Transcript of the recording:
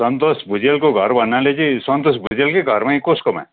सन्तोष भुजेलको घर भन्नाले चाहिँ सन्तोष भुजेलकै घरमा कि कसकोमा